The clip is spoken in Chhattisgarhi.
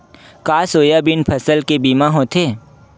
का सोयाबीन फसल के बीमा होथे?